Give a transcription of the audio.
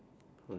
okay